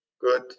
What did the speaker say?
good